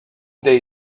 they